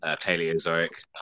Paleozoic